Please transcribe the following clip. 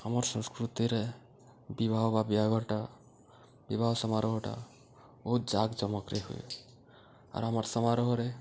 ଆମର୍ ସଂସ୍କୃତିରେ ବିବାହ ବା ବାହାଘରଟା ବିବାହ ସମାରୋହଟା ବହୁତ ଜାକ ଜମକରେ ହୁଏ ଆର୍ ଆମର୍ ସମାରୋହରେ